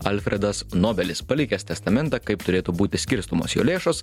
alfredas nobelis palikęs testamentą kaip turėtų būti skirstomos jo lėšos